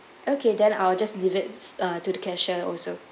okay then I will just leave it uh to the cashier also